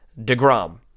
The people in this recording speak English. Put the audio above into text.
degrom